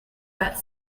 got